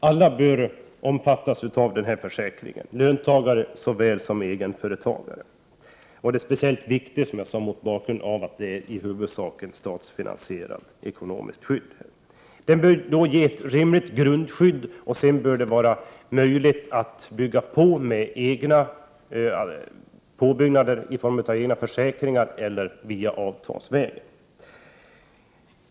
Alla bör omfattas av den här försäkringen, löntagare såväl som egenföretagare. Det är speciellt viktigt, som jag sade, mot bakgrund av att det i huvudsak är ett statligt finansierat ekonomiskt stöd. Det bör då ge ett rimligt grundskydd. Sedan bör man ha möjlighet att bygga på med egna försäkringar eller avtalsvägen.